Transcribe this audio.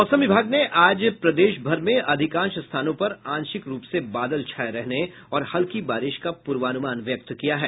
मौसम विभाग ने आज प्रदेश भर में अधिकांश स्थानों पर आंशिक रूप से बादल छाये रहने और हल्की बारिश का पूर्वानुमान व्यक्त किया है